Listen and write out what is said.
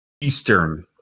Eastern